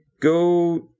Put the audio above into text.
go